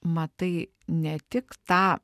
matai ne tik tą